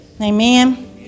Amen